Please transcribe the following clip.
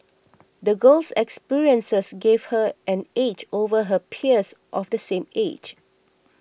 the girl's experiences gave her an edge over her peers of the same age